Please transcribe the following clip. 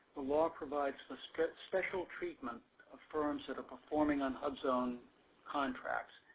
the law provides a special treatment of firms that are performing on hubzone contracts,